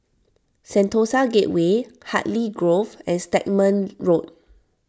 Sentosa Gateway Hartley Grove and Stagmont Road